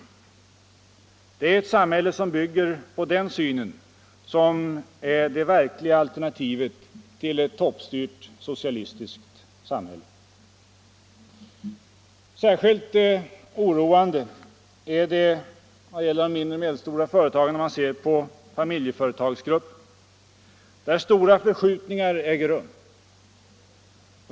Det är ett samhälle som bygger på den synen som är det verkliga alternativet till ett toppstyrt socialistiskt samhälle. Särskilt oroande är vad som händer inom familjeföretagsgruppen, där stora förskjutningar äger rum.